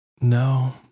No